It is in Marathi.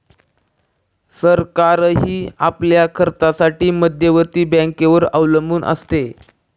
सरकारही आपल्या खर्चासाठी मध्यवर्ती बँकेवर अवलंबून असते